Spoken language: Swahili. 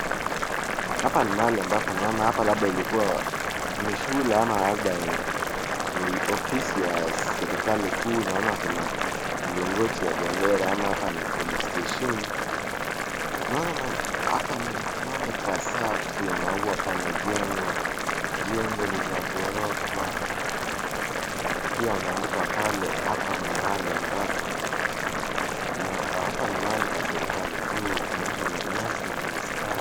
Naona hapa mahali ambapo naona hapa labda ilikuwa ni shule ama labda ni ofisi ya serikali kuu. Naona kuna mlingoti wa bendera ama hapa ni police station . Naona hapa ni mahali pasafi mahali pamejengwa. Jengo ni za ghorofa. Pia wameandika pale hapa ni mahali ambapo ni hapa ni mahali pa serikali kuu kumaanisha nyasi zimestawi.